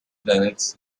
planets